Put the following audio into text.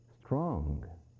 strong